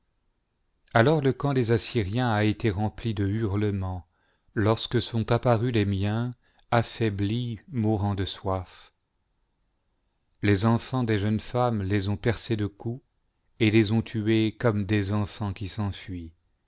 alors le camp des assyriens a té rempli de hui'ieraents lorsque sont apparus les miens affaiblis mourant de soif les enfants des jeunes femmes les ont percés de coups et les ont tués comme des enfants qui s'enfuient